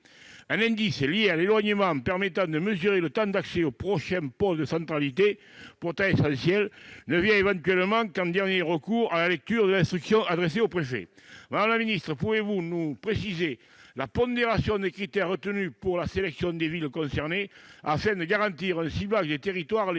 Un indice lié à l'éloignement, qui permet de mesurer le temps d'accès au prochain pôle de centralité, mesure pourtant essentielle, ne serait utilisé qu'en dernier recours, à la lecture de l'instruction adressée aux préfets. Madame la ministre, pourriez-vous nous préciser la pondération des critères retenus pour la sélection des villes concernées, afin de garantir un ciblage des territoires les